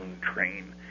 train